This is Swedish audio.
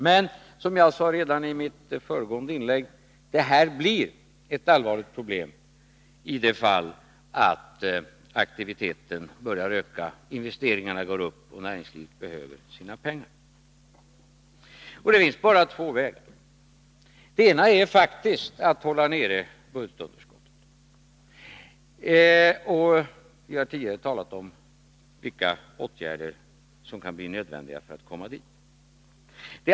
Men det här blir, som jag sade redan i mitt föregående inlägg, ett allvarligt problem i det fall aktiviteten börjar öka, investeringarna går upp och näringslivet behöver sina pengar. Då finns det bara två vägar att gå. Den ena är faktiskt att hålla nere budgetunderskottet — vi har tidigare talat om vilka åtgärder som kan bli nödvändiga för att vi skall klara det.